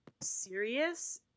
serious